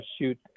shoot